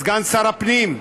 סגן שר הפנים,